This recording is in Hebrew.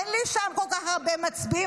אין לי שם כל כך הרבה מצביעים,